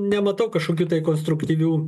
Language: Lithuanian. nematau kažkokių tai konstruktyvių